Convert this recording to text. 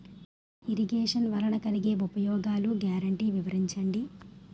Irrigation వలన కలిగే ఉపయోగాలు గ్యారంటీ వివరించండి?